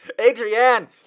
Adrienne